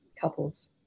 couples